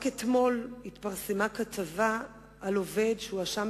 רק אתמול התפרסמה כתבה על עובד שהואשם